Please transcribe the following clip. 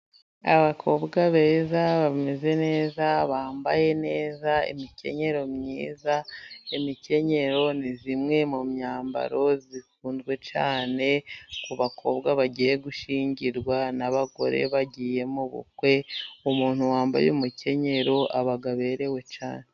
Abakobwa beza, bameze neza, bambaye neza imikenyero myiza. Imikenyero ni imwe mu myambaro ikunzwe cyane ku bakobwa bagiye gushyingirwa n'abagore bagiye mu bukwe. Umuntu wambaye umukenyero aba aberewe cyane.